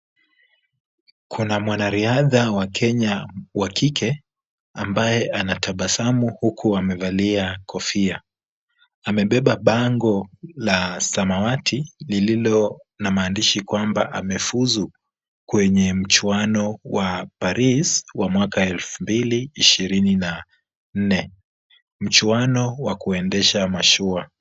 Kuna mwanariadha wa Kenya wa kike ambaye anatabasamu huku amevalia kofia. Amebeba bango la samawati lililo na maandishi kwamba amefuzu kwenye mchuano wa Paris wa mwaka elfu mbili ishirini na nne, mchuano wa kuendesha mashua.